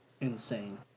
insane